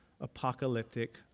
apocalyptic